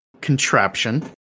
contraption